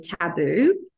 taboo